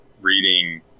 reading